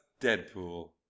Deadpool